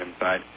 inside